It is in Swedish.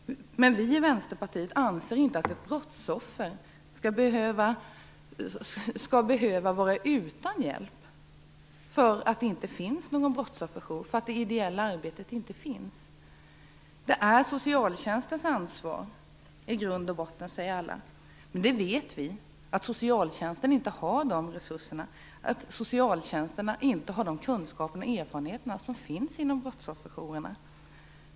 Vi i Vänsterpartiet anser inte att ett brottsoffer skall behöva vara utan hjälp därför att ingen brottsofferjour och inget ideellt arbete finns. Ansvaret är i grund och botten socialtjänstens, säger alla. Men vi vet att socialtjänsten inte har de resurser, kunskaper och erfarenheter som finns inom brottsofferjourerna.